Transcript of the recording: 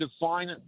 define